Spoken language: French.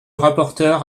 rapporteur